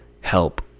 help